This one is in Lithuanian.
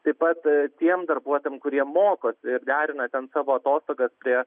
taip pat tiem darbuotojam kurie mokosi ir derina ten savo atostogas prie